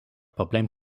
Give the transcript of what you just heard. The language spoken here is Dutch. probleem